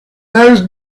those